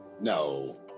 No